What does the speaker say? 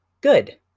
Good